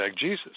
Jesus